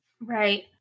Right